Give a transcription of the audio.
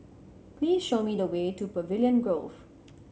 please show me the way to Pavilion Grove